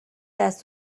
دست